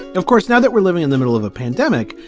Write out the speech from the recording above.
of course, now that we're living in the middle of a pandemic,